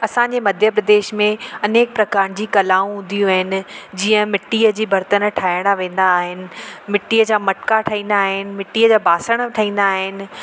असांजे मध्य प्रदेश में अनेक प्रकार जी कलाऊं हूंदियूं आहिनि जीअं मिट्टीअ जी बर्तन ठाहिणु वेंदा आहिनि मिट्टीअ जा मटका ठहींदा आहिनि मिट्टीअ जा बासण ठहींदा आहिनि